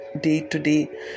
day-to-day